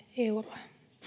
euroa